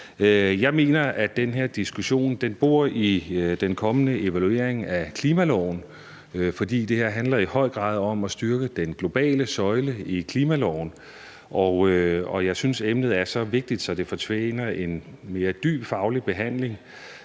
Jeg mener, at den her diskussion bor i den kommende evaluering af klimaloven, for det her handler i høj grad om at styrke den globale søjle i klimaloven. Jeg synes, emnet er så vigtigt, at det fortjener en mere dyb faglig behandling,